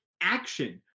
action